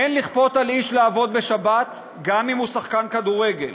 אין לכפות על איש לעבוד בשבת גם אם הוא שחקן כדורגל,